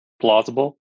plausible